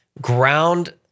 ground